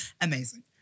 Amazing